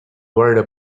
worried